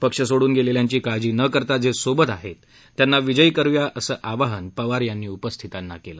पक्ष सोडून गेलेल्यांची काळजी न करता जे सोबत आहेतत्यांना विजयी करूया असं आवाहन पवार यांनी उपस्थितांना केलं